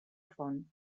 font